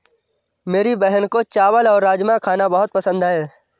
मेरी बहन को चावल और राजमा खाना बहुत पसंद है